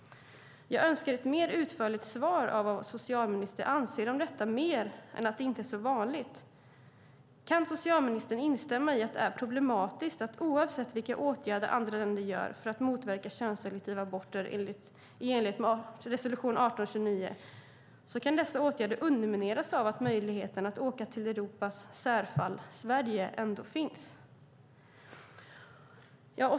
Jag önskar ett mer utförligt svar om vad vår socialminister anser om detta än att det inte är så vanligt. Kan socialministern instämma i att det är problematiskt att oavsett vilka åtgärder andra länder vidtar för att motverka könsselektiva aborter, i enlighet med resolution 1829, kan dessa åtgärder undermineras av att möjligheten att åka till Europas särfall Sverige finns?